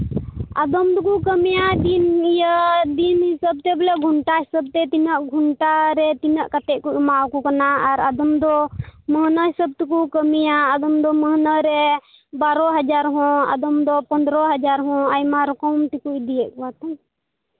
ᱟᱫᱚᱢ ᱫᱚᱠᱚ ᱠᱟᱹᱢᱤᱭᱟ ᱫᱤᱱ ᱤᱭᱟᱹ ᱫᱤᱱ ᱦᱤᱥᱟᱹᱵᱽ ᱛᱮ ᱵᱚᱞᱮ ᱜᱷᱚᱱᱴᱟ ᱦᱤᱥᱟᱹᱵᱽ ᱛᱮ ᱛᱤᱱᱟᱹᱜ ᱜᱷᱚᱱᱴᱟ ᱨᱮ ᱛᱤᱱᱟᱹᱜ ᱠᱟᱛᱮᱫ ᱠᱚ ᱮᱢᱟ ᱠᱚ ᱠᱟᱱᱟ ᱟᱨ ᱟᱫᱚᱢ ᱫᱚ ᱢᱟᱹᱦᱱᱟᱹ ᱦᱤᱥᱟᱹᱵᱽ ᱛᱮᱠᱚ ᱠᱟᱹᱢᱤᱭᱟ ᱟᱫᱚᱢ ᱫᱚ ᱢᱟᱹᱦᱱᱟᱹ ᱨᱮ ᱵᱟᱨᱚ ᱦᱟᱡᱟᱨ ᱦᱚᱸ ᱟᱫᱚᱢ ᱫᱚ ᱯᱚᱫᱨᱳ ᱦᱟᱡᱟᱨ ᱦᱚᱸ ᱟᱭᱢᱟ ᱨᱚᱠᱚᱢ ᱛᱮᱠᱚ ᱤᱫᱤᱭᱮᱫ ᱠᱚᱣᱟ ᱛᱚ